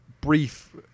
brief